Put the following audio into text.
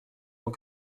tant